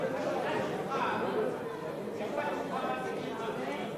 עדיין עוברים את הפרוצדורה הזאת, שלא נגמרת,